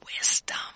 wisdom